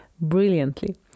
brilliantly